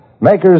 makers